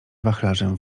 wachlarzem